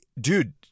dude